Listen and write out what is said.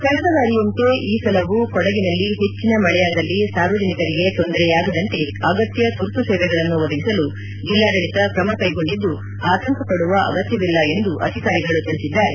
ಕಳೆದ ಬಾರಿಯಂತೆ ಈ ಸಲವೂ ಕೊಡಗಿನಲ್ಲಿ ಹೆಚ್ಚಿನ ಮಳೆಯಾದಲ್ಲಿ ಸಾರ್ವಜನಿಕರಿಗೆ ತೊಂದರೆಯಾಗದಂತೆ ಅಗತ್ಯ ತುರ್ತು ಸೇವೆಗಳನ್ನು ಒದಗಿಸಲು ಜಿಲ್ಲಾಡಳಿತ ಕ್ರಮ ಕೈಗೊಂಡಿದ್ದು ಆತಂಕಪಡುವ ಅಗತ್ಯವಿಲ್ಲ ಎಂದು ಅಧಿಕಾರಿಗಳು ತಿಳಿಸಿದ್ದಾರೆ